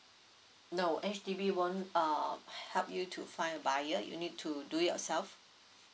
no H_D_B won't uh help you to find a buyer you need to do it yourself